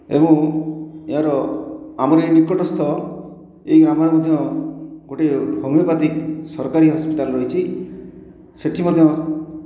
ଏବଂ ଏହାର ଆମରି ଏହି ନିକଟସ୍ଥ ଏହି ଆମର ମଧ୍ୟ ଗୋଟିଏ ହୋମିଓପାତିକ୍ ସରକାରୀ ହସ୍ପିଟାଲ ରହିଛି ସେଇଠି ମଧ୍ୟ